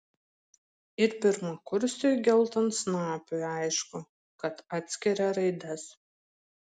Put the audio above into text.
ir pirmakursiui geltonsnapiui aišku kad atskiria raides